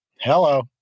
Hello